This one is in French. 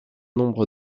nombre